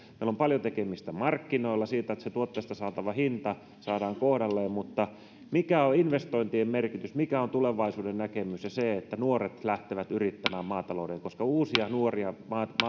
on paljon tekemistä markkinoilla siinä että se tuotteesta saatava hinta saadaan kohdalleen mutta mikä on investointien merkitys ja mikä on tulevaisuudennäkemys erityisesti siinä että nuoret lähtevät yrittämään maatalouteen koska uusia nuoria